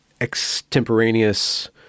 extemporaneous